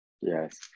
Yes